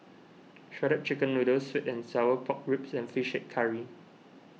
Shredded Chicken Noodles Sweet and Sour Pork Ribs and Fish Head Curry